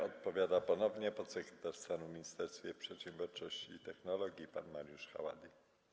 Odpowiada ponownie podsekretarz stanu w Ministerstwie Przedsiębiorczości i Technologii pan Mariusz Haładyj.